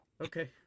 Okay